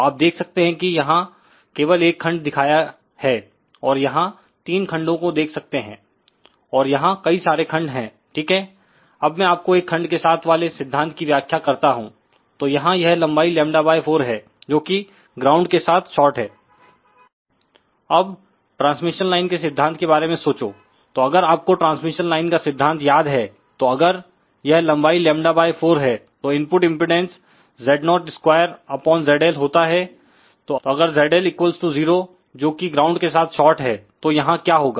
तो आप देख सकते हैं कि यहां केवल एक खंड दिखाया है और यहां तीन खंडों को देख सकते हैंऔर यहां कई सारे खंड है ठीक है अब मैं आपकोएक खंड के साथ वाले सिद्धांत की व्याख्या करता हूं तो यहां यह लंबाई λ4है जो कि ग्राउंड के साथ शार्ट है अब ट्रांसमिशन लाइन के सिद्धांत के बारे में सोचो तो अगर आपको ट्रांसमिशन लाइन का सिद्धांत याद है तो अगर यह लंबाई λ4 है तो इनपुट इंपेडेंस Z02ZL होता है तो अगर ZL 0 जोकि ग्राउंड के साथ शार्ट है तो यहां क्या होगा